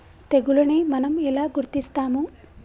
తెగులుని మనం ఎలా గుర్తిస్తాము?